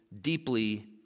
deeply